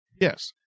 Yes